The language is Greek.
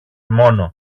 μόνο